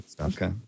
Okay